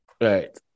Right